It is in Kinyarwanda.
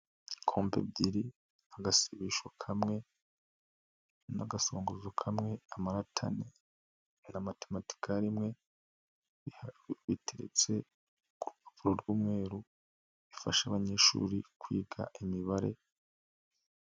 Kompa ebyiri, agasisho kamwe n'agasongozo kamwe, amarati ane na matematikari imwe bitetse ku rupapu rw'umweru bifasha abanyeshuri kwiga imibare.